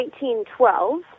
1912